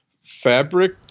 fabric